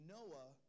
Noah